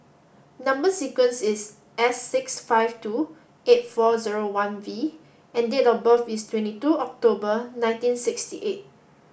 number sequence is S six five two eight four zero one V and date of birth is twenty two October nineteen sixty eight